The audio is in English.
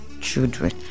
children